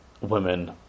women